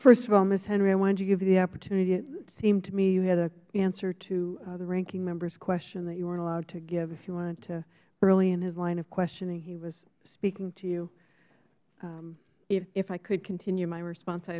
first of all ms henry i want to give you the opportunity it seemed to me you had an answer to the ranking member's question that you weren't allowed to give if you wanted to early in his line of questioning he was speaking to you ms henry if i could continue my response i